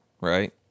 right